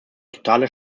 totale